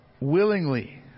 willingly